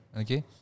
Okay